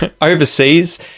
overseas